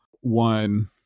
One